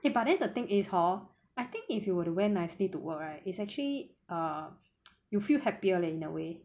eh but then the thing is hor I think if you were to wear nicely to work right is actually err you feel happier in a way